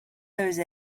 jose